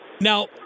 now